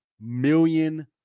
million